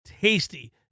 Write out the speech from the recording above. tasty